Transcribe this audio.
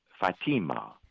Fatima